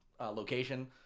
location